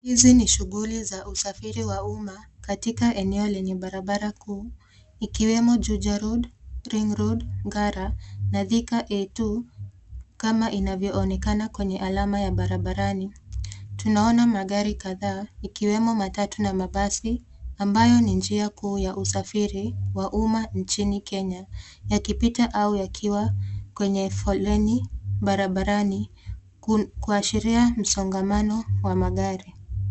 Hizi ni shughuli za usafiri wa umma katika eneo lenye barabara kuu ikiwemo Juja Road, Ring Road, Ngara na Thika A2 kama inavyoonekana kwenye alama ya barabarani. Tunaona magari kadhaa ikiwemo matatu na mabasi, ambayo ni njia kuu ya usafiri nchini Kenya yakipita au yakiwa kwenye foleni barabarani kuashiria msongamano wa magari.